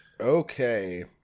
Okay